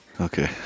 okay